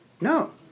No